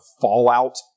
fallout